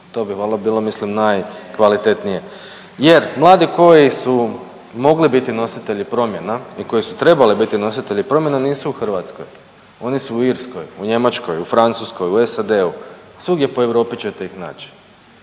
valjda bilo mislim najkvalitetnije, jer mladi koji su mogli biti nositelji promjena i koji su trebali biti nositelji promjena nisu u Hrvatskoj, oni su u Irskoj, u Njemačkoj, u Francuskoj, u SAD-u, svugdje po Europi ćete ih naći.